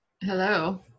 Hello